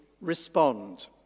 respond